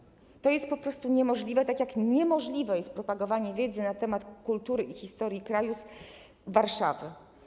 Po prostu to jest niemożliwe, tak jak niemożliwe jest propagowanie wiedzy na temat kultury i historii kraju z Warszawy.